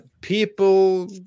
People